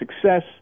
success